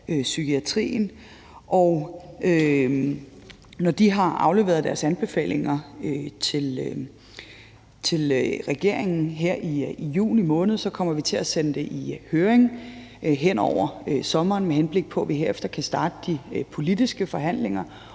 når den har afleveret sine anbefalinger til regeringen her i juni måned, kommer vi til at sende det i høring hen over sommeren, med henblik på at vi herefter kan starte de politiske forhandlinger